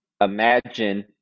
imagine